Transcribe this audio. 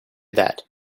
that